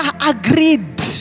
agreed